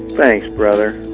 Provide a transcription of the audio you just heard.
thanks, brother.